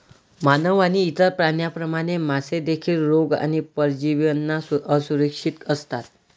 मानव आणि इतर प्राण्यांप्रमाणे, मासे देखील रोग आणि परजीवींना असुरक्षित असतात